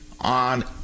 on